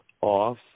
off